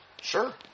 Sure